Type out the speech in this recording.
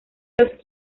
los